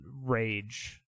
rage